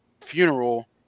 funeral